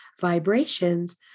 vibrations